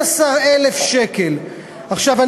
הרבנות, מול המשגיחים, בכל רחבי הארץ.